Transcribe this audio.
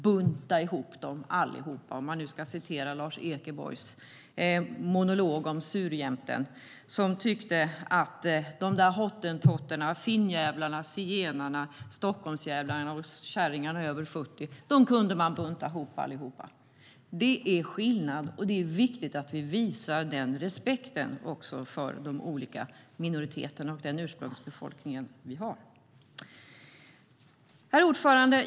Jag kommer att tänka på Lars Ekborgs monolog om surjämten: De där hottentotterna, finndjävlarna, zigenarna, Stockholmsdjävlarna och käringarna över 40 kunde man bunta ihop allihop. Det är skillnad, och det är viktigt att vi visar den respekten för de olika minoriteterna och den ursprungsbefolkning vi har. Herr talman!